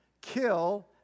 kill